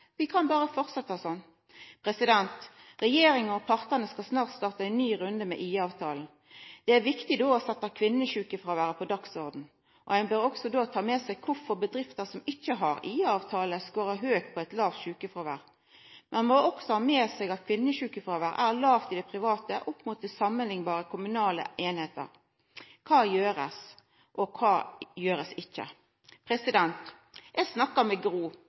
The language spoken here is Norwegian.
vi kan berre fortsetta slik. Regjeringa og partane i arbeidslivet skal snart starta ein ny runde med IA-avtalen. Det er da viktig å setja kvinnesjukefråværet på dagsordenen. Ein bør også da ta med seg kvifor bedrifter som ikkje har IA-avtale, scorar høgt på lågt sjukefråvær. Ein må også ha med seg at kvinnesjukefråværet er lågt i det private, målt opp mot samanliknbare kommunale einingar. Kva blir gjort, og kva blir ikkje gjort? Eg snakka med Gro.